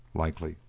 likely.